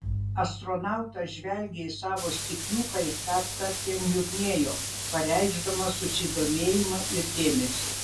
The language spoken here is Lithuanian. astronautas žvelgė į savo stikliuką ir kartkartėm niurnėjo pareikšdamas susidomėjimą ir dėmesį